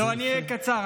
לא, אני אהיה קצר.